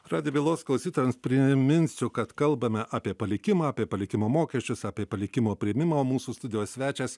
radijo bylos klausytojams priminsiu kad kalbame apie palikimą apie palikimo mokesčius apie palikimo priėmimą mūsų studijos svečias